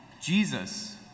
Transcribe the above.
Jesus